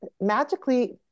magically